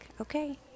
okay